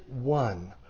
one